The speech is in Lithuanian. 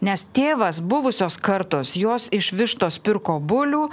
nes tėvas buvusios kartos jos iš vištos pirko bulių